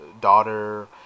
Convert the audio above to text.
daughter